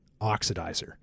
oxidizer